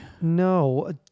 No